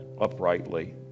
uprightly